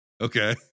Okay